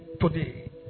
today